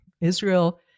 Israel